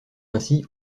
ainsi